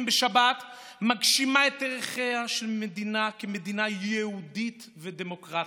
בשבת מגשימה את ערכיה של המדינה כמדינה יהודית ודמוקרטית.